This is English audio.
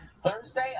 Thursday